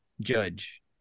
judge